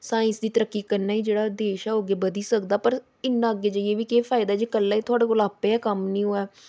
science दी तरक्की कन्नै गै जेह्ड़ा देश ऐ ओह् अग्गें बधी सकदा पर इन्ना अग्गें जाइयै बी केह् फायदा जे कल गै थोआढ़े कोल आपैं गै कम्म निं होऐ